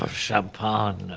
um champagne.